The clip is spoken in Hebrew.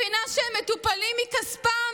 אני מבינה שהם מטופלים מכספם,